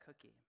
cookie